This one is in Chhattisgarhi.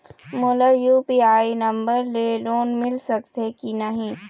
मोला यू.पी.आई नंबर ले लोन मिल सकथे कि नहीं?